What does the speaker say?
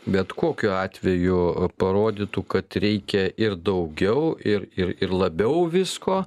bet kokiu atveju parodytų kad reikia ir daugiau ir ir ir labiau visko